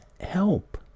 help